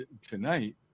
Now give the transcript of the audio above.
tonight